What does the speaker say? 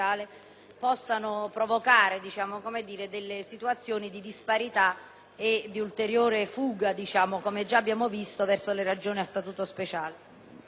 possano provocare delle situazioni di disparità e di ulteriore fuga, come già abbiamo visto, verso quei territori.